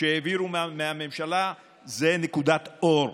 שהעבירו מהממשלה זו נקודת אור.